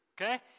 okay